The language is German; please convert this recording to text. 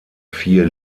vier